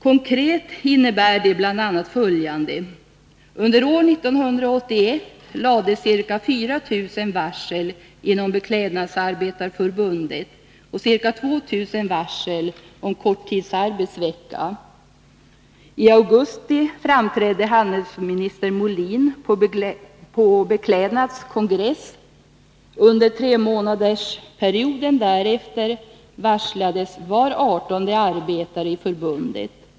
Konkret innebär detta bl.a. följande. Under år 1981 lades ca 4 000 varsel inom Beklädnadsarbetareförbundet och ca 2 000 varsel om korttidarbetsvecka. I augusti framträdde handelsminister Molin på Beklädnads kongress. Under tremånadersperioden därefter varslades var artonde arbetare i förbundet.